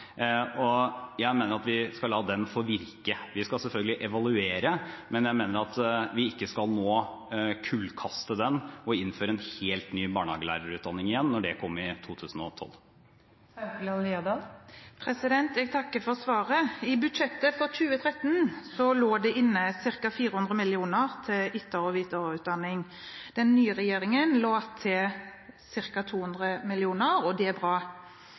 og jeg mener at vi skal la den få virke. Vi skal selvfølgelig evaluere, men jeg mener at vi ikke skal kullkaste den nå og innføre en helt ny barnehagelærerutdanning igjen når det kom i 2012. Jeg takker for svaret. I budsjettet for 2013 lå det inne ca. 400 mill. kr til etter- og videreutdanning. Den nye regjeringen la til ca. 200 mill. kr, og det er bra.